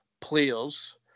players